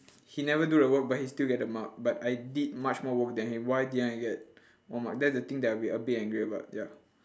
he never do the work but he still get the mark but I did much more work than him why didn't I get more mark that's the thing that I'll be a bit angry about ya